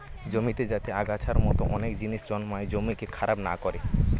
জমিতে যাতে আগাছার মতো অনেক জিনিস জন্মায় জমিকে খারাপ না করে